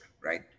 right